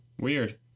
Weird